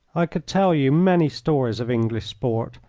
i could tell you many stories of english sport,